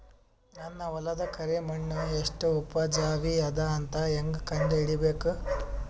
ನನ್ನ ಹೊಲದ ಕರಿ ಮಣ್ಣು ಎಷ್ಟು ಉಪಜಾವಿ ಅದ ಅಂತ ಹೇಂಗ ಕಂಡ ಹಿಡಿಬೇಕು?